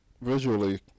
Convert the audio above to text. visually